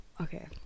Okay